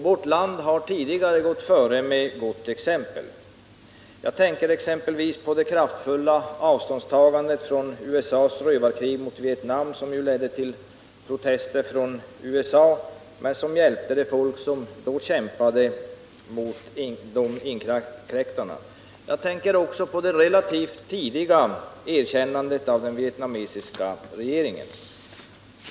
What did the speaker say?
Vårt land har tidigare gått före med gott exempel — jag tänker exempelvis på det kraftfulla avståndstagandet från USA:s rövarkrig mot Vietnam, som ledde till protester från USA men som hjälpte det folk som då kämpade mot inkräktarna. Jag tänker också på det relativt tidiga erkännandet av den vietnamesiska regeringen.